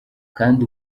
kandi